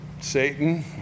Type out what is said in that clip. Satan